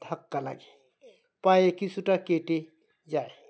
ধাক্কা লাগে পায়ে কিছুটা কেটে যায়